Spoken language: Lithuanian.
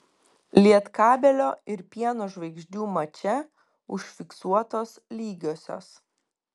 lietkabelio ir pieno žvaigždžių mače užfiksuotos lygiosios